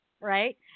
right